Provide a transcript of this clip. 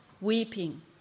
weeping